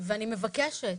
ואני מבקשת,